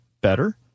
better